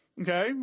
Okay